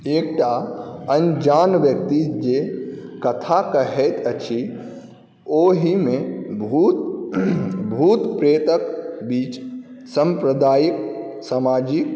एकटा अनजान व्यक्ति जे कथा कहैत अछि ओहिमे भूत प्रेतके बीच साम्प्रदायिक सामाजिक